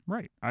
Right